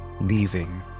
leaving